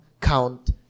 count